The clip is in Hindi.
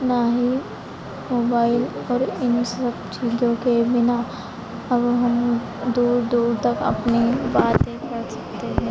ना ही मोबाइल और इन सब चीज़ों के बिना अब हम दूर दूर तक अपनी बातें कर सकते हैं